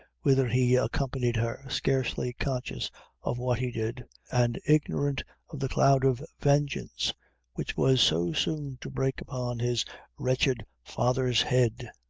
whither he accompanied her, scarcely conscious of what he did, and ignorant of the cloud of vengeance which was so soon to break upon his wretched father's head.